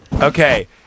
Okay